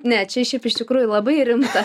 ne čia šiaip iš tikrųjų labai rimta